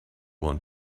want